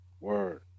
word